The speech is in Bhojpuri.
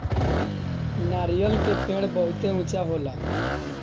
नरियर के पेड़ बहुते ऊँचा होला